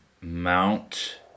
Mount